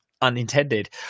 unintended